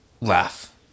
laugh